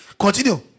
Continue